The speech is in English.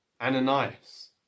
Ananias